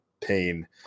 pain